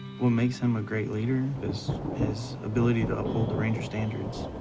what makes him a great leader is his ability to uphold the ranger standards,